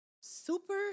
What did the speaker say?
super